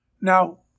Now